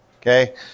Okay